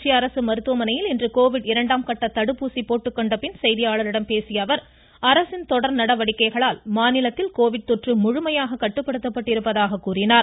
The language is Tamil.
திருச்சி அரசு மருத்துவமனையில் இன்று கோவிட் இரண்டாவது கட்ட தடுப்பூசி போட்டுக் கொண்ட பின் செய்தியாளர்களிடம் பேசிய அவர் அரசின் தொடர் நடவடிக்கைகளால் மாநிலத்தில் கோவிட் தொற்று முழுமையாக கட்டுப்படுத்தப்பட்டிருப்பதாக கூறினார்